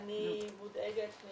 אני מודאגת מ